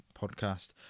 podcast